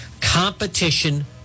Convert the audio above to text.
Competition